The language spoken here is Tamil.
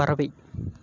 பறவை